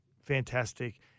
fantastic